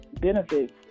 benefits